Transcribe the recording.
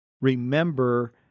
remember